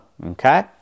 Okay